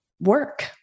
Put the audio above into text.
work